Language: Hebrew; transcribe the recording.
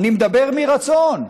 אני מדבר מרצון,